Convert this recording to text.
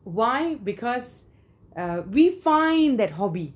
why because uh we find that hobby